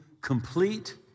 complete